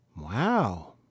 Wow